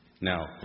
Now